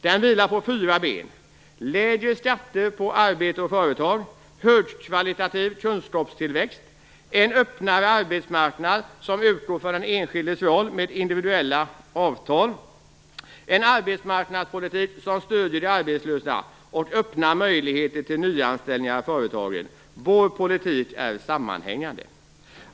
Den vilar på fyra ben: lägre skatter på arbete och företag, högkvalitativ kunskapstillväxt, en öppnare arbetsmarknad som utgår från den enskildes roll med individuella avtal och en arbetsmarknadspolitik som stöder de arbetslösa och öppnar möjligheter till nyanställningar i företagen. Vår politik är sammanhängande.